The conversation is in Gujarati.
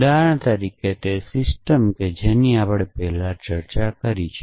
ઉદાહરણ તરીકે તે સિસ્ટમ કે જેની આપણે પહેલાં ચર્ચા કરી છે